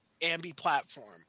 ambi-platform